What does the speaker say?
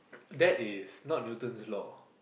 that is not you do to the law